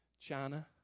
China